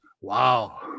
Wow